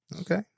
okay